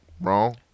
Wrong